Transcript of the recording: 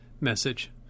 message